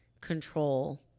control